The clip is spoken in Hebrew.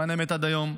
למען האמת, עד היום,